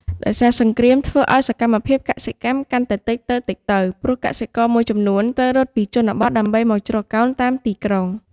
ដោយសារសង្គ្រាមធ្វើឲ្យសកម្មភាពកសិកម្មកាន់តែតិចទៅៗ ព្រោះកសិករមួយចំនួនត្រូវរត់ពីជនបទដើម្បីមកជ្រកកោនតាមទីក្រុង។